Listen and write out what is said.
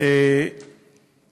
תהיי יותר לארג'ית.